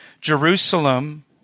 Jerusalem